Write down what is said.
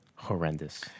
Horrendous